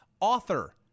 author